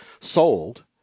sold